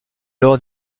lors